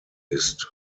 ist